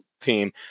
team